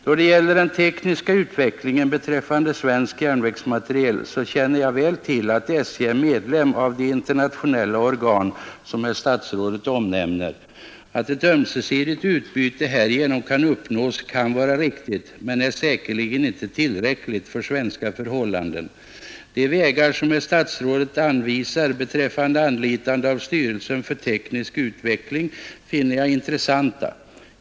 Då det gäller den tekniska utvecklingen beträffande svensk järnvägsmateriel, så känner jag väl till att SJ är medlem av de internationella organ som herr statsrådet omnämner. Att ett ömsesidigt utbyte härigenom uppnås kan vara riktigt, men det är säkerligen inte tillräckligt för svenska förhållanden. De vägar som herr statsrådet anvisar beträffande anlitande av styrelsen för teknisk utveckling finner jag intressanta.